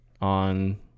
on